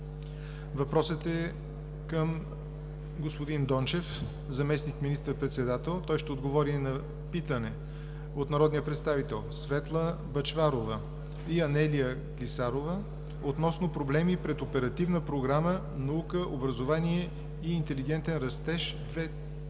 въпросът е към господин Томислав Дончев – заместник министър-председател. Той ще отговори на питане от народните представители Светла Бъчварова и Анелия Клисарова относно проблеми пред Оперативната програма „Наука и образование за интелигентен растеж“